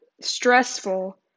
stressful